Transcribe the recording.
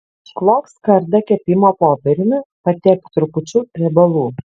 išklok skardą kepimo popieriumi patepk trupučiu riebalų